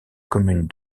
commune